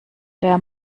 der